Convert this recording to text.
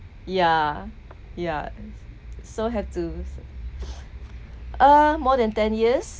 yeah yeah so had to uh more than ten years